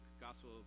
Gospel